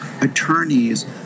attorneys